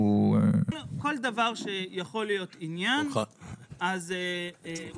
כל דבר שיכול להיות עניין אז אנחנו